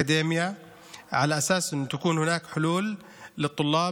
בממשלה כדי שנוכל להתקדם ולחקור את הנושא